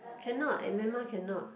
cannot at Myanmar cannot